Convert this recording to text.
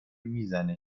میزنه